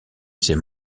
ses